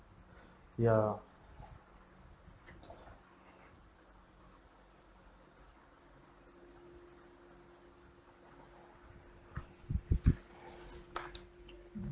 ya